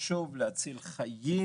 חשוב - להציל חיים